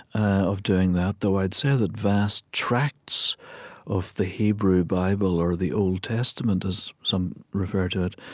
of doing that. though i'd say that vast tracts of the hebrew bible, or the old testament, as some refer to it,